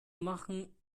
machen